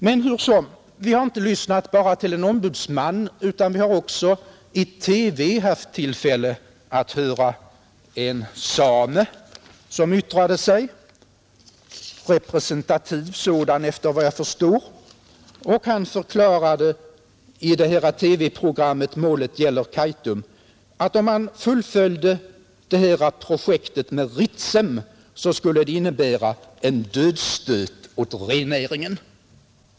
Men hur som helst: vi har inte bara lyssnat till en ombudsman, utan vi har också haft tillfälle att i TV höra en same som yttrade sig — en representativ sådan enligt vad jag förstår. Han förklarade i TV-program met ”Målet gäller Kaitum”, att om man fullföljde Ritsemprojektet, skulle det innebära dödsstöten åt rennäringen.